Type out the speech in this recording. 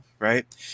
Right